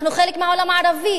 אנחנו חלק מהעולם הערבי